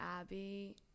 Abby